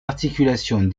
articulations